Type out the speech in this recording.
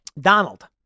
Donald